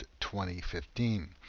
2015